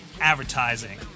advertising